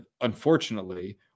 unfortunately